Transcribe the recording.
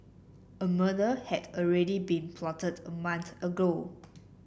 a murder had already been plotted a month ago